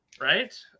right